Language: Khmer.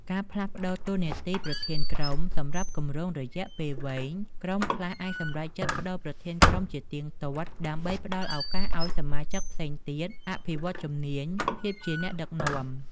ការផ្លាស់ប្តូរតួនាទីប្រធានក្រុម សម្រាប់គម្រោងរយៈពេលវែង ក្រុមខ្លះអាចសម្រេចចិត្តប្តូរប្រធានក្រុមជាទៀងទាត់ ដើម្បីផ្តល់ឱកាសដល់សមាជិកផ្សេងទៀតអភិវឌ្ឍន៍ជំនាញភាពជាអ្នកដឹកនាំ។